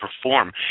perform